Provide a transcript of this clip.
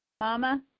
Mama